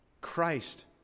Christ